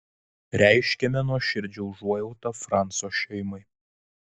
reiškiame nuoširdžią užuojautą franco šeimai